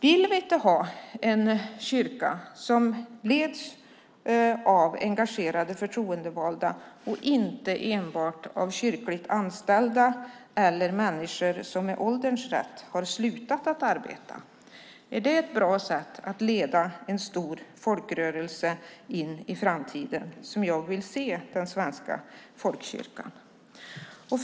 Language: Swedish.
Vill vi inte ha en kyrka som leds av engagerade förtroendevalda och inte enbart av kyrkligt anställda eller människor som med ålderns rätt har slutat att arbeta? Är det ett bra sätt att leda en stor folkrörelse - det är så jag vill se den svenska folkkyrkan - in i framtiden?